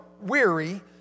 weary